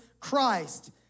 Christ